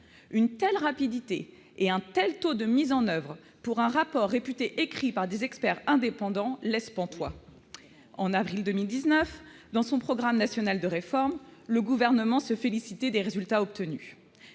Une telle rapidité et un tel taux de mise en oeuvre pour un rapport réputé écrit par des experts indépendants laissent pantois. En avril 2019, dans son programme national de réforme, le Gouvernement se félicitait des résultats obtenus